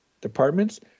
departments